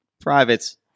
privates